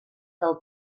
del